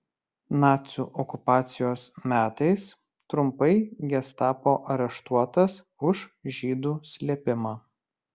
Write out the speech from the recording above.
nacių okupacijos metais trumpai gestapo areštuotas už žydų slėpimą